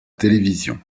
télévision